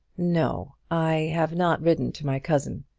no i have not written to my cousin.